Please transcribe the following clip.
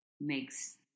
makes